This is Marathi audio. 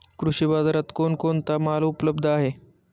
कृषी बाजारात कोण कोणता माल उपलब्ध आहे?